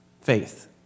faith